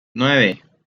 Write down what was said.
nueve